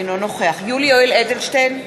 אינו נוכח יולי יואל אדלשטיין,